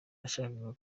yashakaga